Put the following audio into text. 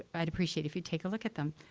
but i'd appreciate if you'd take a look at them.